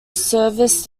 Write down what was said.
service